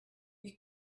you